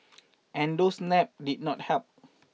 and those naps did not help